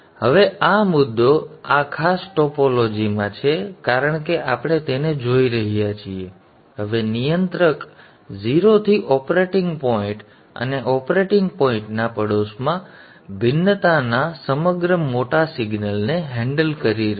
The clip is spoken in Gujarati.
હવે મુદ્દો આ ખાસ ટોપોલોજીમાં છે કારણ કે આપણે તેને જોઈ રહ્યા છીએ હવે નિયંત્રક 0 થી ઓપરેટિંગ પોઇન્ટ અને ઓપરેટિંગ પોઇન્ટના પડોશમાં ભિન્નતાના પડોશના સમગ્ર મોટા સિગ્નલને હેન્ડલ કરી રહ્યું છે